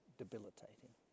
debilitating